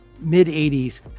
mid-80s